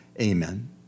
amen